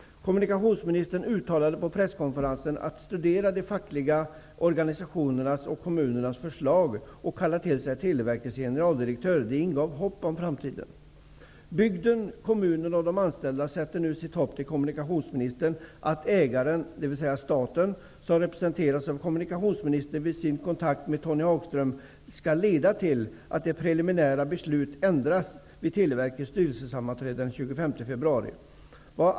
Kommunikationsminsterns uttalande på presskonferensen om att han skulle studera de fackliga organisationernas och kommunens förslag och att han skulle kalla till sig Televerkets generaldirektör ingav hopp om framtiden. Bygden, kommunen och de anställda sätter nu sitt hopp till kommunikationsministern och att den kontakt som ägaren -- dvs. staten, som representeras av kommunikationsministern -- skall ta med Tony Hagström skall leda fram till att det preliminära beslutet ändras vid Televerkets styrelsesammanträde den 25 februari.